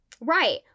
Right